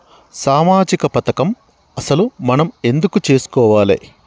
సామాజిక పథకం అసలు మనం ఎందుకు చేస్కోవాలే?